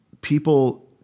people